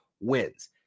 wins